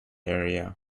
area